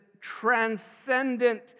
transcendent